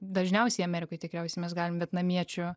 dažniausiai amerikoj tikriausiai mes galim vietnamiečių